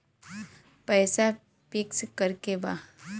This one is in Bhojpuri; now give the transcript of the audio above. पैसा पिक्स करके बा?